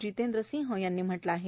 जितेंद्र सिंह यांनी म्ह ले आहे